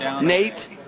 Nate